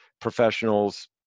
professionals